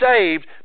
saved